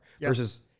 versus